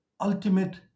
ultimate